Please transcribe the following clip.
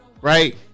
Right